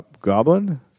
Goblin